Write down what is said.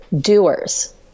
doers